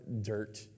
dirt